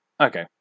Okay